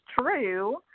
true